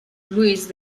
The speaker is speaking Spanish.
louis